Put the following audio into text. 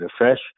refresh